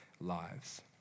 lives